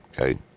Okay